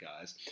guys